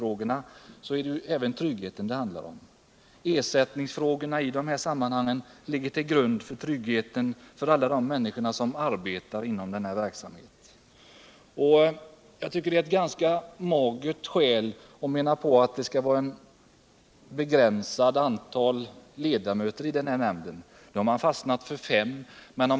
Nu är det emellertid så att ersättningsfrågorna i grunden gäller tryggheten för alla de människor som arbetar inom denna verksamhet. Jag tycker dessutom att det är ett ganska svagt skäl för avslagsyrkandet när utskottet anför att antalet ledamöter i nämnden bör vara begränsat. Nu har man fastnat för fem ledamöter.